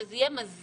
שזה יהיה מזמין,